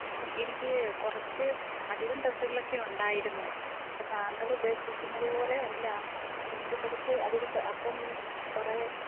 അപ്പം എനിക്ക് കുറച്ച് അധികം ഡ്രസ്സുകളൊക്കെ ഉണ്ടായിരുന്നു അപ്പോൾ താങ്കൾ ഉദ്ദേശിക്കുന്നത് പോലെയല്ല എനിക്ക് കുറച്ച് അധികം അപ്പം കുറേ